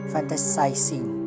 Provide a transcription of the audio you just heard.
Fantasizing